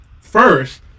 first